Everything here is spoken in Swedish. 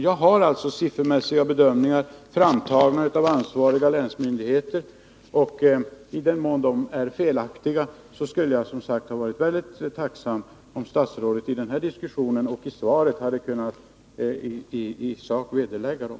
Jag har alltså siffermässiga bedömningar, framtagna av ansvariga länsmyndigheter. I den mån de är felaktiga skulle jag som sagt ha varit väldigt tacksam om statsrådet i den här diskussionen och i svaret i sak hade kunnat vederlägga dem.